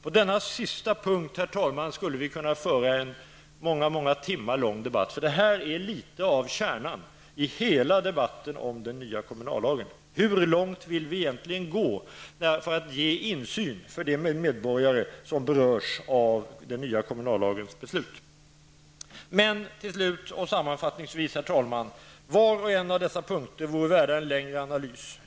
På denna sista punkt skulle vi kunna ha en många timmar lång debatt. Det är litet av kärnan i den nya kommunallagen. Hur långt vill vi gå för att ge insyn för de medborgare som berörs av den nya kommunallagens beslut? Till slut och sammanfattningsvis, herr talman: Var och en av dessa punkter vore värda en längre analys.